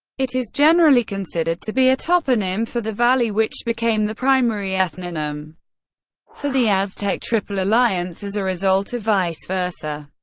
it is generally considered to be a toponym for the valley which became the primary ethnonym for the aztec triple alliance as a result, or vice versa.